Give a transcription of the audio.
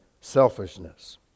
selfishness